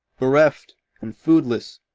bereft and foodless,